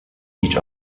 each